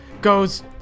goes